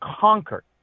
conquered